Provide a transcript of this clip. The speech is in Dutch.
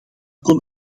kon